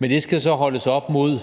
Det skal så holdes op mod,